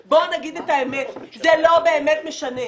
אבל בואו נגיד את האמת: זה לא באמת משנה.